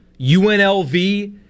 UNLV